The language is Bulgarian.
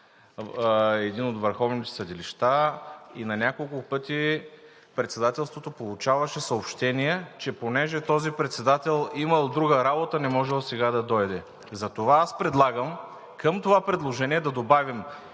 един от върховните съдилища, и на няколко пъти председателството получаваше съобщения, че понеже този председател имал друга работа, не можел сега да дойде. Затова предлагам към това предложение да добавим